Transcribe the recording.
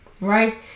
right